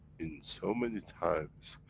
in so many times,